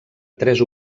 tres